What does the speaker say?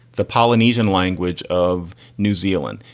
the polynesian language of new zealand,